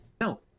No